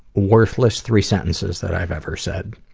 worthless three sentences that i have ever said.